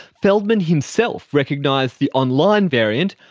feldman himself recognised the online variant,